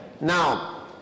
now